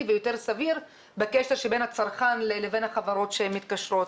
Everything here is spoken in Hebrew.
ויותר סביר בקשר שבין הצרכן לבין החברות שמתקשרות.